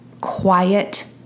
quiet